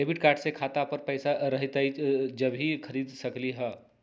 Debit card से खाता पर पैसा रहतई जब ही खरीद सकली ह?